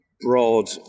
broad